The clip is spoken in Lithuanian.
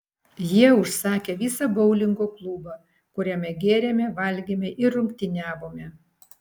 jie užsakė visą boulingo klubą kuriame gėrėme valgėme ir rungtyniavome